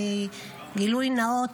גילוי נאות,